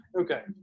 Okay